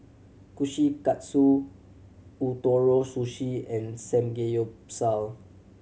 Kushikatsu Ootoro Sushi and Samgeyopsal